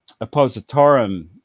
oppositorum